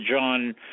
John